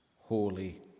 holy